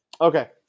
Okay